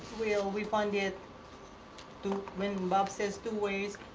we we funded two when bob says two ways,